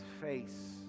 face